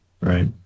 Right